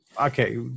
Okay